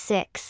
Six